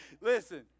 Listen